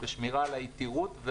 ועל היתירות.